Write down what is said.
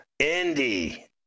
Indy